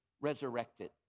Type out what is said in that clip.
resurrected